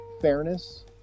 fairness